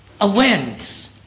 awareness